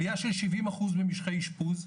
עלייה של 70 אחוז למשכי אשפוז,